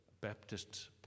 Baptist